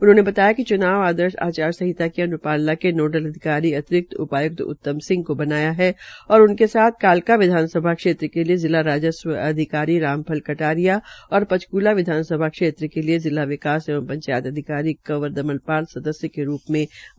उन्होंने बताया कि च्नाव आदर्श आचार संहिता की अन्पालना के नोडल अधिकारी अतिरिक्त उपाय्क्त उत्तम सिंह को बनाया गया है और उनके साथ कालका विधानसभा क्षेत्र के लिये जिला राजस्व अधिकारी रामफल कटारिया तथा पंचकृला विधानसभा क्षेत्र के लिये जिला विकास एवं पंचायत अधिकारी कंवर दमनपाल सदस्य के रूप में मनोनीत किये गये है